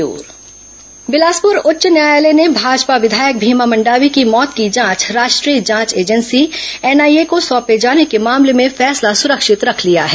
high court NIA जांच बिलासपुर उच्च न्यायालय ने भाजपा विधायक भीमा मंडावी की मौत की जांच राष्ट्रीय जांच एजेंसी एन आईए को सौंपे जाने के मामले में फैसला सुरक्षित रख लिया है